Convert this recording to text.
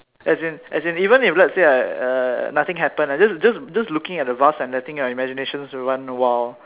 as in as in even if let's say I uh nothing happen just just just looking at the vase and letting your imaginations run wild